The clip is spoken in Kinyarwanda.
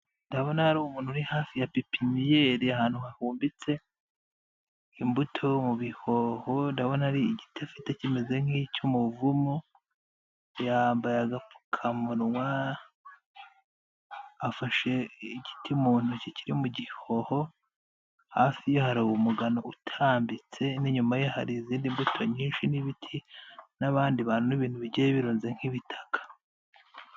Ndabona hari umuntu uri hafi ya pipiniyeri ahantu hahumbitse imbuto mu bihoho, ndabona ari igiti afite kimeze nk'umuvumu yambaye agapfukamunwa afashe igiti mu ntoki kiri mu gihoho, hafi ye hari umugano utambitse n'inyuma ye hari izindi mbuto nyinshi n'ibiti n'abandi bantu n'ibintu bigiye birunze nk'ibitaka.